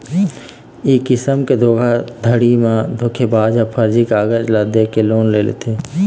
ए किसम के धोखाघड़ी म धोखेबाज ह फरजी कागज ल दे के लोन ले लेथे